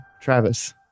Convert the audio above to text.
Travis